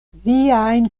viajn